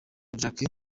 jackie